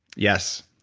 yes.